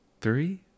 Three